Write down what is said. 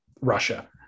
Russia